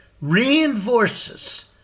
reinforces